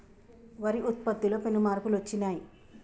వరి ఉత్పత్తిలో పెను మార్పులు వచ్చినాయ్